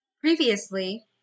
previously